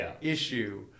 issue